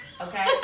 Okay